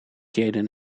jayden